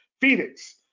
Phoenix